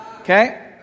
Okay